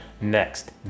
next